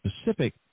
specific